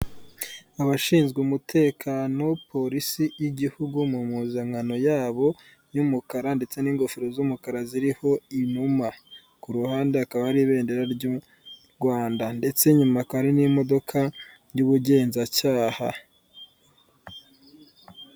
Abashinzwe umutekano, polisi y'igihugu mu mpuzankano yabo y'umukara ndetse n'ingofero z'umukara ziriho inuma. Ku ruhande hakaba hari ibendera ry'u Rwanda ndetse inyuma hakaba hari n'imodoka y'ubugenzacyaha.